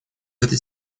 этой